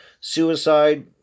suicide